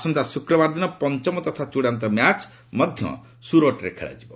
ଆସନ୍ତା ଶ୍ରକ୍ବାରଦିନ ପଞ୍ଚମ ତଥା ଚୂଡାନ୍ତ ମ୍ୟାଚ ମଧ୍ୟ ସ୍ୱରଟ୍ରେ ଖେଳାଯିବ